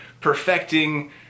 perfecting